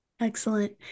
Excellent